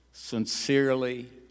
sincerely